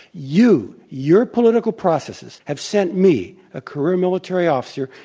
you, your political processes have sent me, a career military officer,